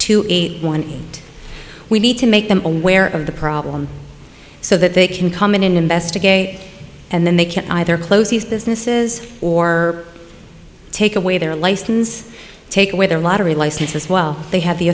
two eight one we need to make them aware of the problem so that they can come in and investigate and then they can either close these businesses or take away their licenses take away their lottery licenses well they have the